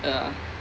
ya